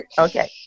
Okay